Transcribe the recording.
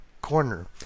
corner